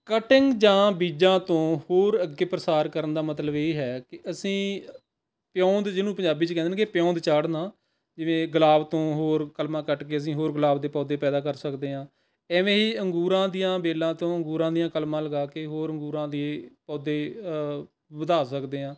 cutting ਜਾਂ ਬੀਜਾ ਤੋਂ ਹੋਰ ਅੱਗੇ ਪ੍ਰਸਾਰ ਕਰਨ ਦਾ ਮਤਲਬ ਇਹ ਹੈ ਕਿ ਅਸੀਂ ਪਿਉਂਦ ਜਿਹਨੂੰ ਪੰਜਾਬੀ 'ਚ ਕਹਿੰਦੇ ਨੇ ਪਿਉਂਦ ਚਾੜ੍ਹਨਾ ਜਿਵੇਂ ਗੁਲਾਬ ਤੋਂ ਹੋਰ ਕਲਮਾਂ ਕੱਟ ਕੇ ਅਸੀਂ ਹੋਰ ਗੁਲਾਬ ਦੇ ਪੌਦੇ ਪੈਦਾ ਕਰ ਸਕਦੇ ਹਾਂ ਐਵੇਂ ਹੀ ਅੰਗੂਰਾਂ ਦੀਆਂ ਵੇਲਾਂ ਤੋਂ ਅੰਗੂਰਾਂ ਦੀਆਂ ਕਲਮਾਂ ਲਗਾ ਕੇ ਹੋਰ ਅੰਗੂਰਾਂ ਦੇ ਪੌਦੇ ਵਧਾ ਸਕਦੇ ਹਾਂ